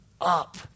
up